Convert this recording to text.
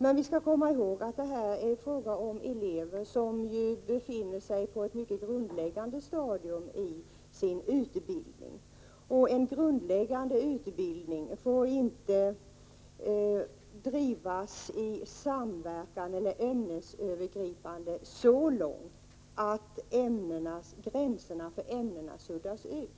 Men vi skall komma ihåg att det är fråga om elever som Prot. 1985/86:32 befinner sig på ett grundläggande stadium av sin utbildning, och där får inte 20 november 1985 samverkan över ämnesgränserna drivas så långt att gränserna suddasut.